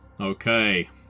Okay